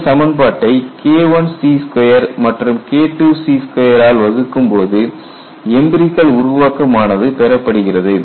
இந்த சமன்பாட்டை KIC2 மற்றும் KIIC2 ஆல் வகுக்கும்போது எம்பிரிகல் உருவாக்கம் ஆனது பெறப்படுகிறது